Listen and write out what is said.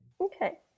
Okay